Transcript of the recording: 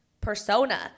persona